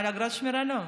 אבל אגרת שמירה, לא.